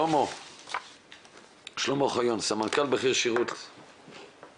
שלמה אוחיון, סמנכ"ל בכיר שירות לקוחות.